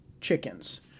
chickens